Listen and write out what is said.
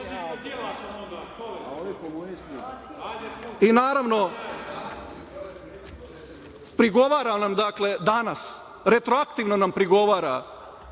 naravno, prigovara nam dakle danas, retroaktivno nam prigovara